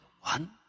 one